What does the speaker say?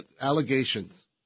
allegations